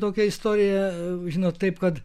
tokia istorija žinot taip kad